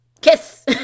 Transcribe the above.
kiss